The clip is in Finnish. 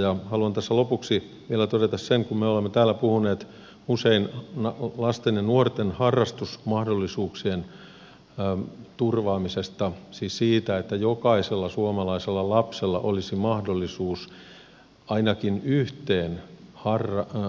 ja haluan tässä lopuksi vielä todeta sen kun me olemme täällä puhuneet usein lasten ja nuorten harrastusmahdollisuuksien turvaamisesta siis siitä että jokaisella suomalaisella lapsella olisi mahdollisuus ainakin yhteen